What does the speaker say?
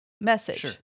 message